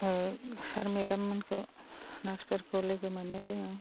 ओ sir madam मोनखौ नार्सफोरखौ लोगो मोनो जोङो